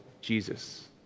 Jesus